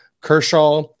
Kershaw